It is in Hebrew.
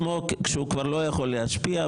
כשהוא כבר לא יכול להשפיע.